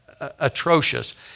atrocious